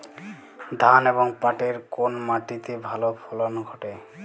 ধান এবং পাটের কোন মাটি তে ভালো ফলন ঘটে?